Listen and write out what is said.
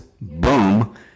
boom